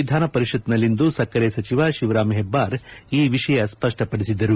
ವಿಧಾನಪರಿಷತ್ತಿನಲ್ಲಿಂದು ಸಕ್ಕರ ಸಚಿವ ಶಿವರಾಂ ಹೆಬ್ಬಾರ್ ಈ ವಿಷಯ ಸ್ಪಷ್ಟಪಡಿಸಿದರು